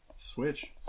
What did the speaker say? Switch